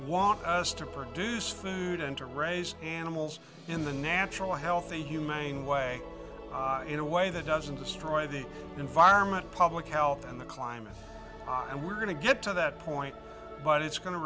want us to produce food and to raise animals in the natural healthy humane way in a way that doesn't destroy the environment public health and the climate and we're going to get to that point but it's going to